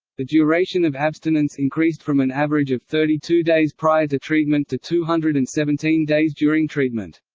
the duration of abstinence increased from an average of thirty two days prior to treatment to two hundred and seventeen days during treatment.